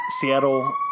Seattle